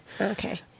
Okay